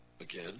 again